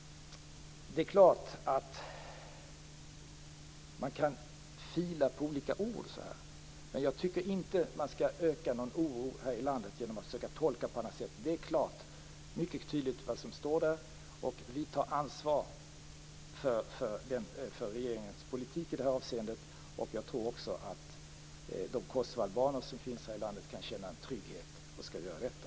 Det är klart att man kan "fila på" olika ord. Men jag tycker inte att man skall öka någon oro här i landet genom att försöka tolka det på något annat sätt. Det är mycket tydligt vad som står. Vi tar ansvar för regeringens politik i detta avseende. Jag tror också att de kosovoalbaner som finns här i landet kan känna en trygghet, och skall göra detta.